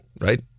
Right